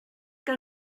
que